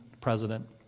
president